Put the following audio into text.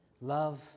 Love